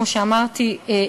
כמו שאמרתי,